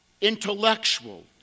intellectual